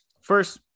first